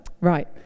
right